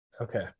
Okay